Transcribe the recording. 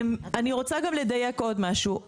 אני רוצה לדייק דבר נוסף.